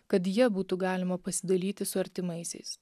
kad ja būtų galima pasidalyti su artimaisiais